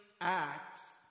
acts